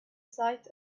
sigh